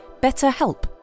BetterHelp